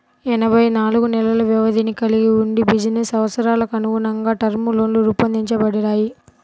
ఎనభై నాలుగు నెలల వ్యవధిని కలిగి వుండి బిజినెస్ అవసరాలకనుగుణంగా టర్మ్ లోన్లు రూపొందించబడ్డాయి